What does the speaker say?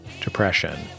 depression